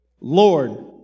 Lord